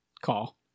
call